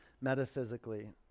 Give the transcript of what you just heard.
metaphysically